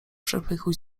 przepychu